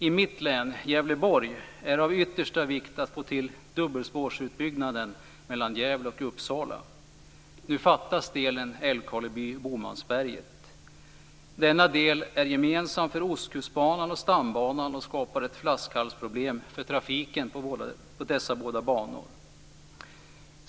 I mitt län, Gävleborg, är det av yttersta vikt att få till dubbelspårsutbyggnaden mellan Gävle och Uppsala. Nu fattas delen Älvkarleby-Bomansberget. Denna del är gemensam för Ostkustbanan och stambanan och skapar ett flaskhalsproblem för trafiken på dessa båda banor.